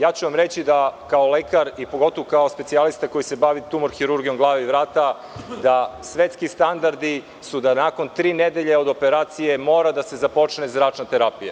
Reći ću vam kao lekar i pogotovo kao specijalista koji se bavi tumor-hirurgijom glave i vrata da svetski standardi su da nakon tri nedelje od operacije mora da se započne zračna terapija.